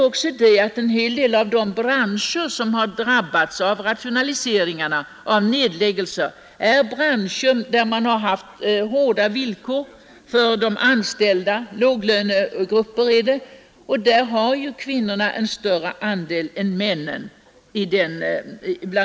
Vidare är en hel del av de branscher som drabbas av rationaliseringar och nedläggelser just låglöneföretag där det finns mer kvinnor än män.